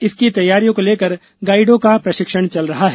इसकी तैयारियों को लेकर गाईडों का प्रशिक्षण चल रहा है